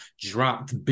dropped